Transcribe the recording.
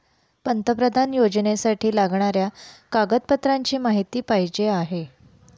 पंतप्रधान योजनेसाठी लागणाऱ्या कागदपत्रांची माहिती पाहिजे आहे